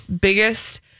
biggest